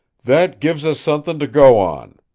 that gives us suthin' to go on.